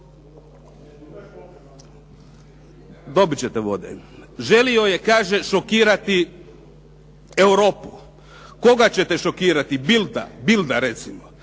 sebe ostavio. Želio je kaže šokirati Europu? Koga ćete šokirati? Bildta, Bildta recimo?